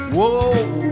Whoa